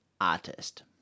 Artist